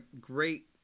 great